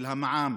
של המע"מ,